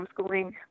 homeschooling